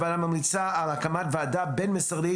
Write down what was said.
הוועדה ממליצה על הקמת וועדה בין-משרדית